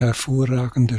hervorragende